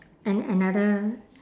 and another